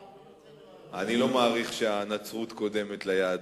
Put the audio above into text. אני לא מעריך שנצרות קודמת ליהדות,